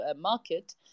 market